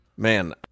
Man